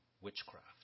witchcraft